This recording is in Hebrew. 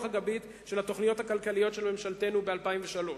הגבית של התוכניות הכלכליות של ממשלתנו ב-2003.